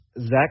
Zach